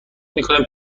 میکنم